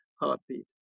heartbeat